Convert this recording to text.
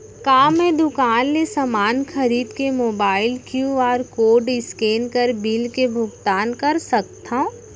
का मैं दुकान ले समान खरीद के मोबाइल क्यू.आर कोड स्कैन कर बिल के भुगतान कर सकथव?